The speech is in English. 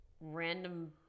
random